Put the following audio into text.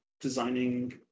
designing